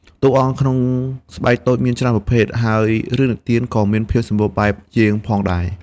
តួអង្គក្នុងស្បែកតូចមានច្រើនប្រភេទ ហើយរឿងនិទានក៏មានភាពសម្បូរបែបជាងផងដែរ។